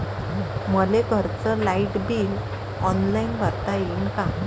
मले घरचं light bill online भरता येईन का?